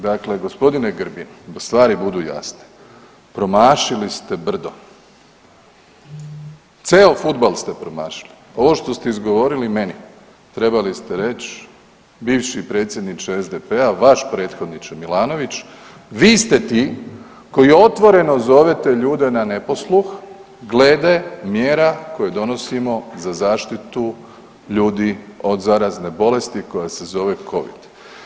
Dakle, gospodine Grbin, da stvari budu jasne, promašili ste brdo, ceo fudbal ste promašili, ovo što ste izgovorili meni trebali ste reći bivši predsjedniče SDP-a vaš prethodniče Milanović vi ste ti koji otvoreno zovete ljude na neposluh glede mjera koje donosimo za zaštitu ljudi od zarazne bolesti koja se zove Covid.